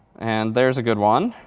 and there's a good one.